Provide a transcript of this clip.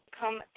come